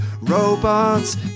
robots